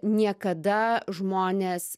niekada žmonės